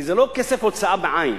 כי זה לא כסף הוצאה בעין.